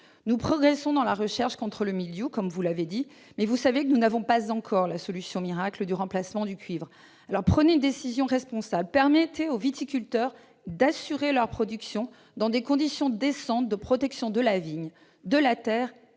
Nous progressons dans la recherche contre le mildiou, mais, vous le savez, nous n'avons pas encore la solution miracle pour remplacer le cuivre. Aussi, prenez une décision responsable, permettez aux viticulteurs d'assurer leurs productions dans des conditions décentes de protection de la vigne, de la terre